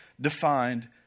defined